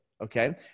Okay